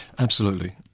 absolutely.